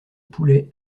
poulet